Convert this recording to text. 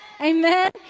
amen